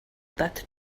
that